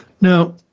Now